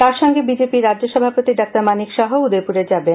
তার সঙ্গে বিজেপি রাজ্য সভাপতি ডাঃ মানিক সাহাও উদয়পুরে যাবেন